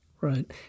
right